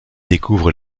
découvre